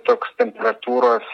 toks temperatūros